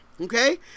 okay